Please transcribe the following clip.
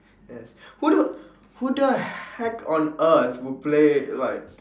yes who the who the heck on earth would play like